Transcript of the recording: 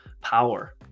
power